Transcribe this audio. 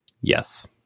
Yes